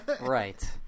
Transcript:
right